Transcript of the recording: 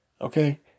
Okay